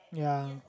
yes